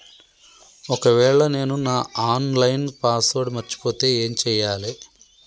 ఒకవేళ నేను నా ఆన్ లైన్ పాస్వర్డ్ మర్చిపోతే ఏం చేయాలే?